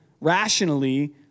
rationally